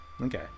Okay